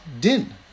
din